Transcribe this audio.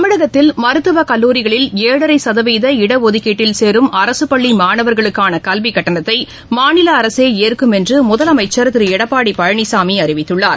தமிழகத்தில் மருத்துவக்கல்லூரிகளில் ஏழரை சதவீத இடஒதுக்கீட்டில் சேரும் அரசுப்பள்ளி மாணவர்களுக்கான கல்விக்கட்டணத்தை மாநில அரசே ஏற்கும் என்று முதலமைச்சர் திரு எடப்பாடி பழனிசாமி அறிவித்துள்ளார்